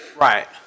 Right